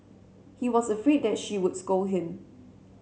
he was afraid that she would scold him